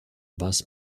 bus